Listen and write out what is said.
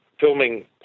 filming